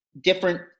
different